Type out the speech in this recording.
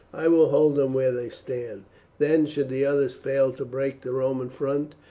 i will hold them where they stand then, should the others fail to break the roman front,